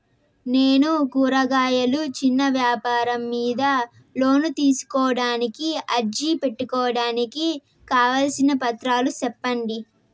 నేను కూరగాయలు చిన్న వ్యాపారం మీద లోను తీసుకోడానికి అర్జీ పెట్టుకోవడానికి కావాల్సిన పత్రాలు సెప్పండి?